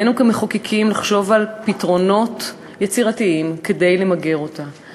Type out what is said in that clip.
כמחוקקים עלינו לחשוב על פתרונות יצירתיים כדי למגר אותה.